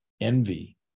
envy